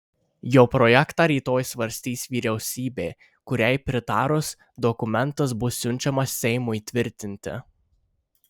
jo projektą rytoj svarstys vyriausybė kuriai pritarus dokumentas bus siunčiamas seimui tvirtinti